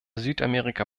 südamerika